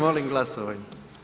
Molim glasovanje.